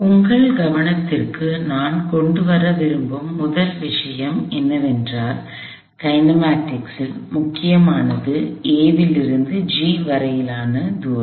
உங்கள் கவனத்திற்கு நான் கொண்டு வர விரும்பும் முதல் விஷயம் என்னவென்றால் கைனமாட்டிக்ஸ் இயக்கவியல் முக்கியமானது A இலிருந்து G வரையிலான தூரம்